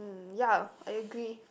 ya I agree